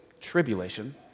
tribulation